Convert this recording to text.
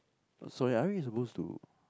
sorry aren't we supposed to